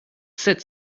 sept